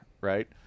right